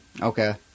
Okay